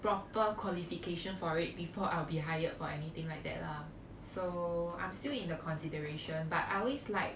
proper qualification for it before I will be hired or anything like that lah so I'm still in the consideration but I always like